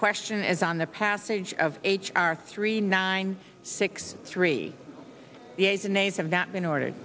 question is on the passage of h r three nine six three days and days have been ordered